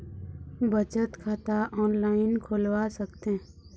बचत खाता ऑनलाइन खोलवा सकथें?